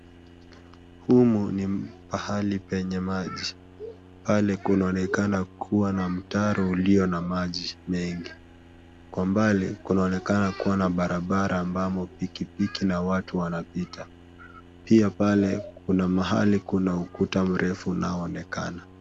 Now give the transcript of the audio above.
Humu ni pahali penye maji, pale kunaonekana kuwa na mtaro ulio na maji mengi, kwa mbali kunaonekaana kuwa na barabara ambamo pikipiki na watu wanapita, pia pale kuna mahali kuna ukuta mrefu unaoonekana.